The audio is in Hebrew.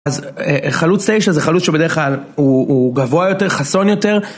אז חלוץ 9 זה חלוץ שבדרך כלל הוא, הוא, גבוה יותר, חסון יותר.